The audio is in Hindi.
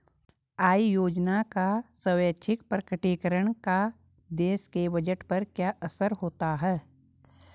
आय योजना का स्वैच्छिक प्रकटीकरण का देश के बजट पर क्या असर होता है?